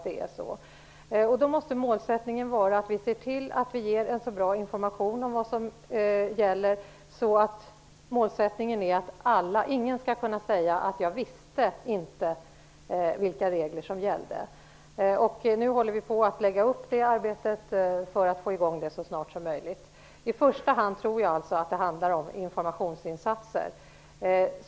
Därför måste målsättningen vara att ge en så bra information att ingen skall kunna säga att man inte har vetat vilka regler som gällt. Vi håller nu på att lägga upp arbetet för att det skall komma i gång så snart som möjligt. Jag tror alltså att det i första hand handlar om informationsinsatser.